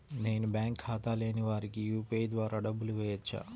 నేను బ్యాంక్ ఖాతా లేని వారికి యూ.పీ.ఐ ద్వారా డబ్బులు వేయచ్చా?